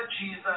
Jesus